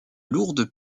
lourdes